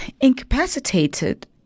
incapacitated